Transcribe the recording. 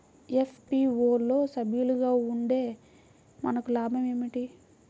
FPO లో సభ్యులుగా ఉంటే మనకు లాభం ఏమిటి?